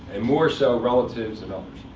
and more so relatives and um